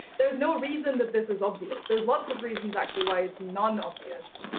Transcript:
there's no reason that this is obvious. there's lots of reasons, actually, why it's not obvious.